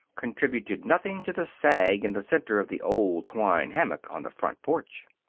contributed nothing to the sag in the center of the old twine hammock on the front porch.